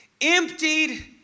Emptied